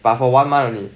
but for one month only